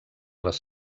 les